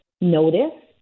notice